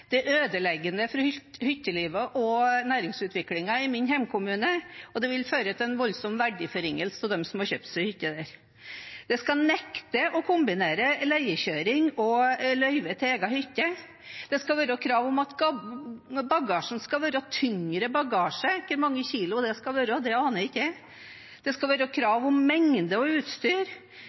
Det er ødeleggende for hyttelivet og næringsutviklingen i min hjemkommune, og det vil føre til en voldsom verdiforringelse for dem som har kjøpt seg hytte der. Det skal nektes å kombinere leiekjøring og løyve til egen hytte. Det skal stilles krav om at bagasjen skal være tyngre – hvor mange kilo det skal være, aner ikke jeg. Det skal være krav om mengde og utstyr.